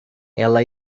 ela